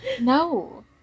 no